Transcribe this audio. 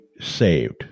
saved